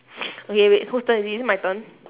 okay wait whose turn is it is it my turn